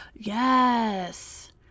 Yes